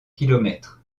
kilomètres